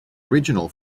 original